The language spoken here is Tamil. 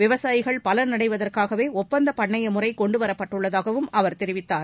விவசாயிகள் பலனடைவதற்காகவே ஒப்பந்த பண்ணைய முறை கொண்டுவரப்பட்டுள்ளதாகவும் அவர் தெரிவித்தார்